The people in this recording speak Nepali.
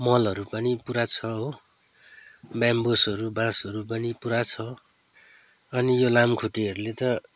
मलहरू पनि पुरा छ हो बेम्बुसहरू बाँसहरू पनि पुरा छ अनि यो लामखुट्टेहरूले त